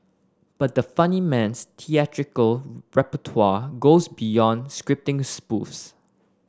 but the funny man's theatrical repertoire goes beyond scripting spoofs